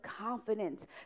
confidence